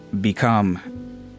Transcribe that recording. become